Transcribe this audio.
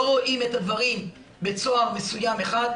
לא רואים את הדברים בצוהר מסוים אחד,